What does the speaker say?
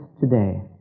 today